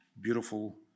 beautiful